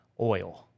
oil